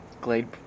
Glade